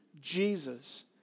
Jesus